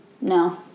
No